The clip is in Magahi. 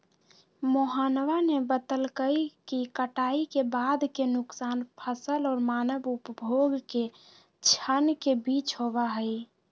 मोहनवा ने बतल कई कि कटाई के बाद के नुकसान फसल और मानव उपभोग के क्षण के बीच होबा हई